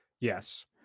yes